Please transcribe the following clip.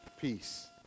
peace